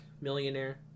Millionaire